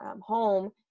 home